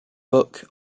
book